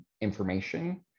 information